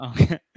Okay